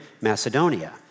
Macedonia